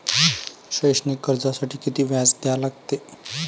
शैक्षणिक कर्जासाठी किती व्याज द्या लागते?